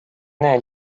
näe